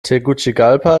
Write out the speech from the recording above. tegucigalpa